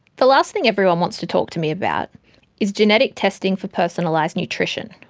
the last thing everyone wants to talk to me about is genetic testing for personalised nutrition,